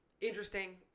Interesting